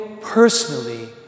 personally